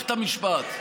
במערכת המשפט.